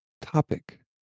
topic